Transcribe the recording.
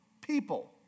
people